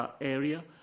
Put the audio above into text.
area